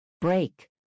Break